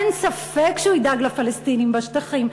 אין ספק שהוא ידאג לפלסטינים בשטחים,